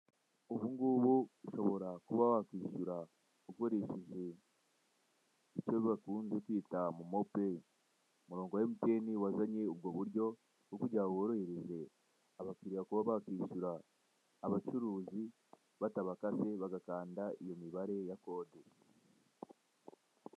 Ubu ngubu ushobora kuba wakwishura icyo bukunze kwita momopeyi, umurongo wa emutiyeni wazanye ubwo buryo bwo kugira ngo bworohereze abakiliya kuba bakwishyura abacuruzi batabakase bagakanda iyo mibare ya kode.